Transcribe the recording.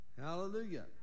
Hallelujah